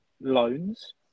loans